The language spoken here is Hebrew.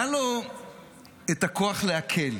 היה לו הכוח להקל.